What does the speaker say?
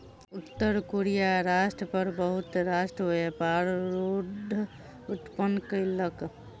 उत्तर कोरिया राष्ट्र पर बहुत राष्ट्र व्यापार रोध उत्पन्न कयलक